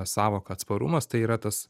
sąvoką atsparumas tai yra tas